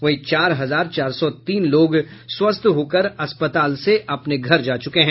वहीं चार हजार चार सौ तीन लोग स्वस्थ होकर अस्पताल से अपने घर जा चुके हैं